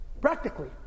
Practically